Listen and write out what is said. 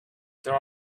there